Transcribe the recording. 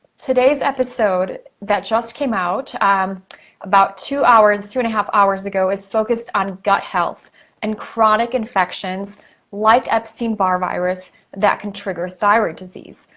today's episode that just came out um about two hours, two and a half hours ago, is focused on gut health and chronic infections like epstein-barr virus that can trigger thyroid disease.